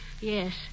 Yes